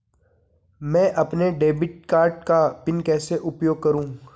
मैं अपने debit card का पिन कैसे उपयोग करूँ?